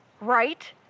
right